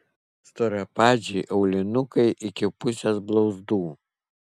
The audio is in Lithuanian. storapadžiai aulinukai iki pusės blauzdų